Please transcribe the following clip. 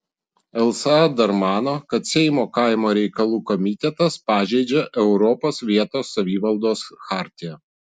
lsa dar mano kad seimo kaimo reikalų komitetas pažeidžia europos vietos savivaldos chartiją